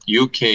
UK